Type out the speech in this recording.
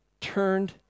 turned